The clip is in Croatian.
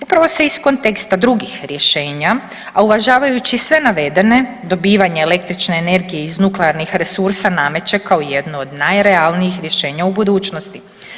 Upravo se iz konteksta drugih rješenja, a uvažavajući sve navedene dobivanje električne energije iz nuklearnih resursa nameće kao jedno od najrealnih rješenja u budućnosti.